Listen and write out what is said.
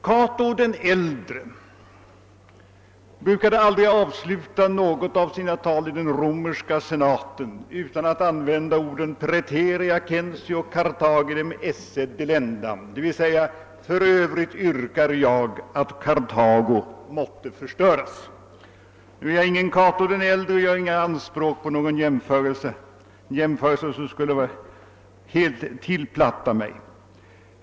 Cato den äldre brukade aldrig avsluta något av sina tal i den romerska senaten utan att använda orden: »Praeterea censeo Carthaginem esse delendam», vilket ju betyder: »För övrigt yrkar jag att Kartago måtte förstöras.» Nu är jag ingen Cato den äldre, och jag gör inga anspråk på någon jämförelse — en jämförelse som helt skulle tillplatta mig.